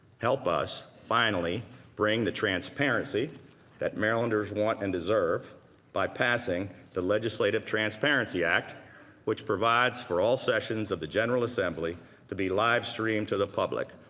help us finally bring the transparency that marylanders want and deserve by passing the legislative transparency act which provides for all sessions of the general assembly to be live-streamed to the public.